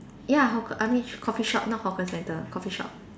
ya hawker I mean coffee shop not hawker centre coffee shop